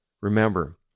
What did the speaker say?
remember